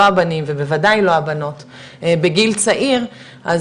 לא הבנים ובוודאי לא הבנות בגיל צעיר אז